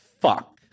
fuck